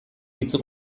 hitz